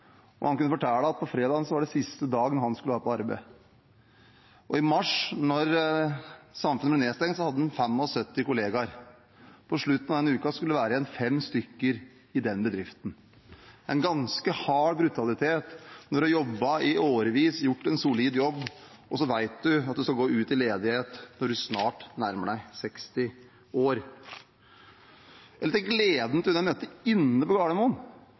og han kunne fortelle at fredag var siste dag han skulle være på arbeid. I mars, da samfunnet ble nedstengt, hadde han 75 kollegaer. På slutten av den uka skulle det være igjen fem stykker i den bedriften. Det er en ganske hard brutalitet når man har jobbet i årevis, gjort en solid jobb og så vet at man skal gå ut i ledighet når man snart nærmer seg 60 år. Det var også gleden til henne jeg møtte inne på Gardermoen,